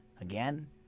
again